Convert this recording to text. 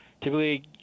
typically